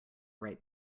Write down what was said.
write